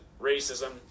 racism